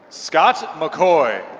scot mccoy